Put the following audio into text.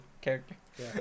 character